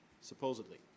supposedly